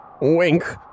Wink